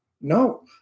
No